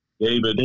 David